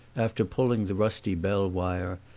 after pulling the rusty bell wire,